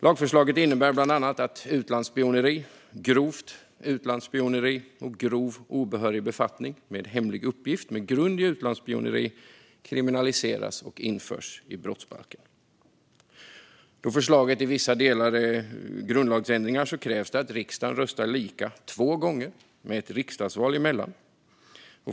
Lagförslaget innebär bland annat att utlandsspioneri, grovt utlandsspioneri och grov obehörig befattning med hemlig uppgift med grund i utlandsspioneri kriminaliseras och förs in i brottsbalken. Då förslaget i vissa delar gäller grundlagsändringar krävs det att riksdagen röstar lika två gånger med ett riksdagsval emellan.